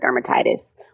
dermatitis